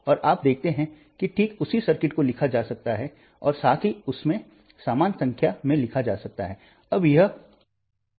और आप देखते हैं कि ठीक उसी सर्किट को लिखा जा सकता है और साथ ही उन्हें समान संख्या में लिखा जा सकता है अब यह ५ है और वह है 6